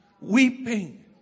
weeping